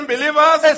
Believers